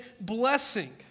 blessing